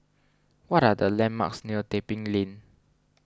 what are the landmarks near Tebing Lane